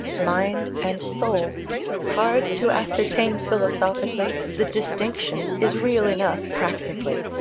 mind and soul hard to ascertain philosophically, the distinction is real enough practically,